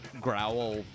growl